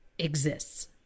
exists